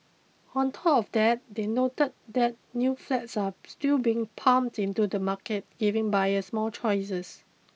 on top of that they noted that new flats are still being pumped into the market giving buyers more choices